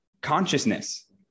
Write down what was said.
consciousness